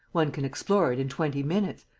one can explore it in twenty minutes.